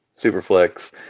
Superflex